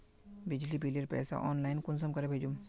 बिजली बिलेर पैसा ऑनलाइन कुंसम करे भेजुम?